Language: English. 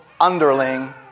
underling